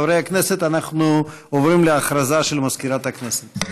חברי הכנסת, אנחנו עוברים להודעה למזכירת הכנסת.